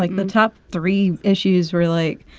like the top three issues were, like,